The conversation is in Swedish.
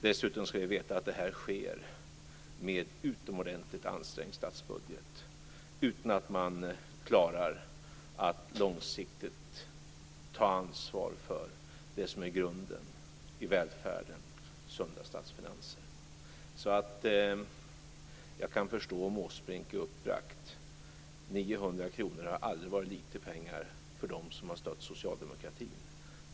Dessutom skall vi veta att det här sker med en utomordentligt ansträngd statsbudget utan att man klarar att långsiktigt ta ansvar för det som är grunden i välfärden, sunda statsfinanser. Jag kan förstå om Åsbrink är uppbragt. 900 kr har aldrig varit litet pengar för dem som har stött socialdemokratin.